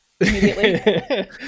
immediately